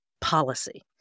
policy